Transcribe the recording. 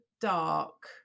dark